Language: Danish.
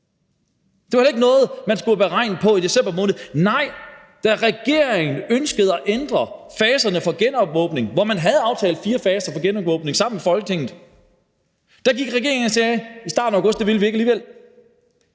Det er jo heller ikke noget, man skulle have regnet på i december måned. Nej, da regeringen ønskede at ændre faserne for genåbning, hvor man havde aftalt fire faser for genåbning sammen med Folketinget, da gik regeringen i starten af august ind og sagde: Det vil vi ikke alligevel.